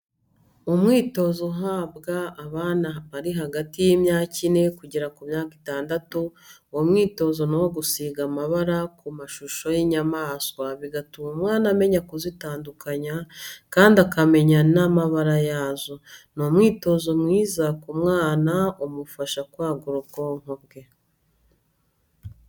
Umwitozo uhabwa abana barihagati y'imyaka ine kugera ku myaka itandatu, uwo mwitozi ni uwo gusiga amabara ku mashusho y'inyamaswa, bigatuma umwana amenya kuzitandukanya kandi akamenya n'amabara yazo. ni umwitozo mwiza ku mwana umufasha kwagura ubwonko bwe.